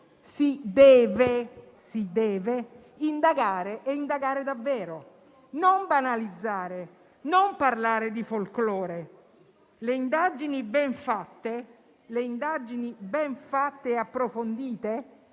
si deve indagare e farlo davvero, non banalizzare e non parlare di folclore. Le indagini ben fatte e approfondite,